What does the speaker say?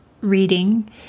reading